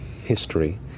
history